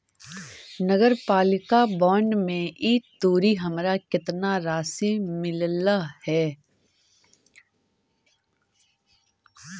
नगरपालिका बॉन्ड में ई तुरी हमरा केतना राशि मिललई हे?